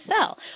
sell